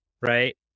right